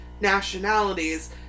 nationalities